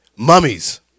Mummies